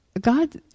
God